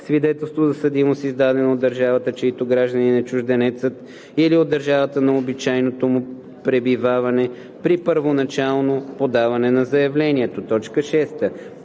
свидетелство за съдимост, издадено от държавата, чийто гражданин е чужденецът, или от държавата на обичайното му пребиваване – при първоначално подаване на заявление